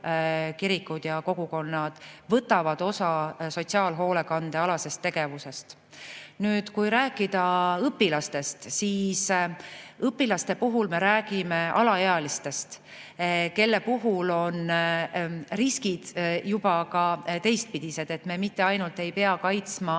kirikud ja kogukonnad sotsiaalhoolekandealasest tegevusest osa. Kui rääkida õpilaste [kaasamisest], siis õpilaste puhul me räägime alaealistest, kelle puhul on riskid juba ka teistpidised: me mitte ainult ei pea kaitsma